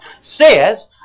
says